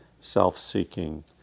self-seeking